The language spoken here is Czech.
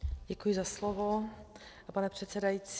Děkuji za slovo, pane předsedající.